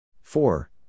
Four